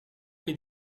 che